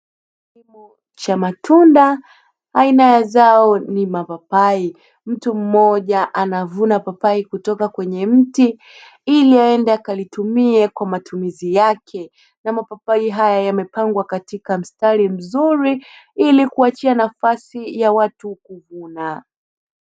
Kilimo cha matunda aina ya zao ni mapapai, mtu mmoja anavuna papai kutoka kwenye mti ili aende akalitumie kwa matumizi yake, Na mapapai haya yamepangwa kwa mstari mzuri ili kuachia nafasi ya watu kuvuna.